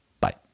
Bye